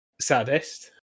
Saddest